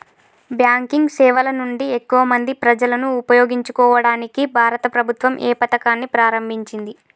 Banking సేవల నుండి ఎక్కువ మంది ప్రజలను ఉపయోగించుకోవడానికి భారత ప్రభుత్వం ఏ పథకాన్ని ప్రారంభించింది?